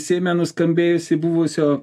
seime nuskambėjusį buvusio